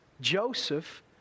Joseph